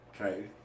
Okay